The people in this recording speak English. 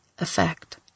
effect